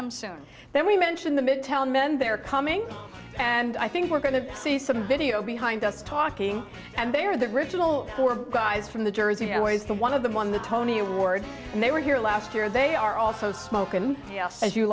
them soon then we mention the mid tell men they're coming and i think we're going to see some video behind us talking and they are the original guys from the jersey and was the one of them won the tony award and they were here last year they are also smokin as you